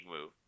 move